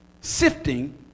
Sifting